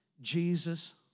Jesus